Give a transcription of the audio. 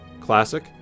Classic